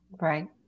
Right